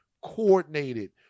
coordinated